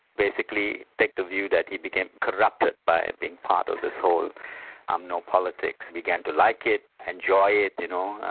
basically take the view that he became corrupted by and being part of this whole umno politics began to like it, enjoy it, you know.